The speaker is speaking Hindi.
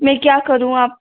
में क्या करूँ अब